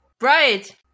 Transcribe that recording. Right